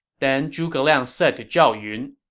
then, zhuge liang said to zhao yun,